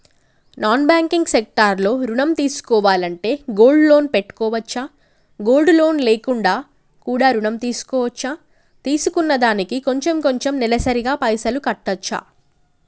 Non banking sector లో ఋణం తీసుకోవాలంటే గోల్డ్ లోన్ పెట్టుకోవచ్చా? గోల్డ్ లోన్ లేకుండా కూడా ఋణం తీసుకోవచ్చా? తీసుకున్న దానికి కొంచెం కొంచెం నెలసరి గా పైసలు కట్టొచ్చా?